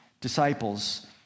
disciples